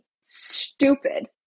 stupid